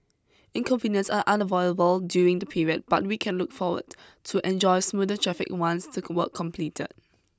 inconvenience are unavoidable during the period but we can look forward to enjoy smoother traffic once took work completed